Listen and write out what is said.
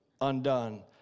undone